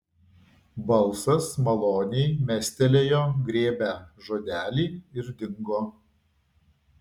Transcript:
balsas maloniai mestelėjo grėbią žodelį ir dingo